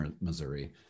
Missouri